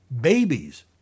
babies